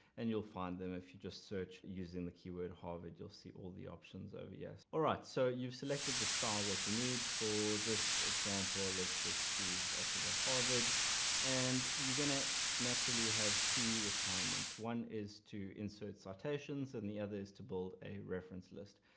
and you'll find them if you just search using the keyword harvard you'll see all the options over here. all right, so you've selected the style that you need for this example let's just choose elsevier harvard and you're going to naturally have two requirements. one is to insert citations and the other is to build a reference list.